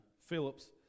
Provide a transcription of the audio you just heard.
Phillips